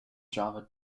java